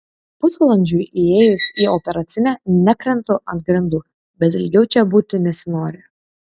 pusvalandžiui įėjus į operacinę nekrentu ant grindų bet ilgiau čia būti nesinori